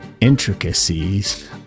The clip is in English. intricacies